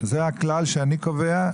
זה הכלל שאני קובע,